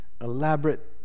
elaborate